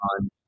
on